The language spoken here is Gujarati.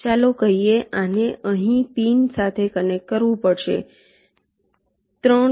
ચાલો કહીયે આને અહીં પિન સાથે કનેક્ટ કરવું પડશે 3